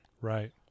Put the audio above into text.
Right